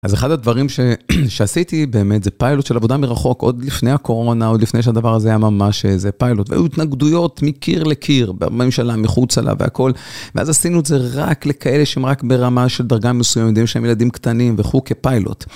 אז אחד הדברים שעשיתי באמת זה פיילוט של עבודה מרחוק עוד לפני הקורונה, עוד לפני שהדבר הזה היה ממש איזה פיילוט והיו התנגדויות מקיר לקיר, בממשלה, מחוצה לה והכול, ואז עשינו את זה רק לכאלה שהם רק ברמה של דרגה מסוימות, יודעים שהם ילדים קטנים וכו' כפיילוט.